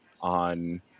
on